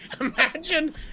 imagine